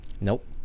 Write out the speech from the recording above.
Nope